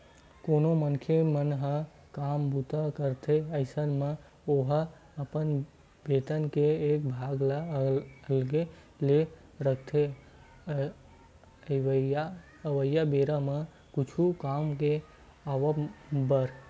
कोनो मनखे ह काम बूता करथे अइसन म ओहा अपन बेतन के एक भाग ल अलगे ले रखथे अवइया बेरा म कुछु काम के आवब बर